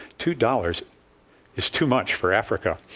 two dollars is too much for africa.